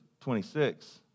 26